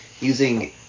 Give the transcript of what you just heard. using